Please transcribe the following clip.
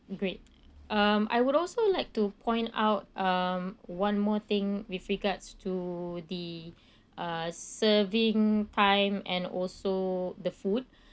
great um I would also like to point out um one more thing with regards to the uh serving time and also the food